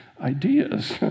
ideas